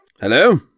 Hello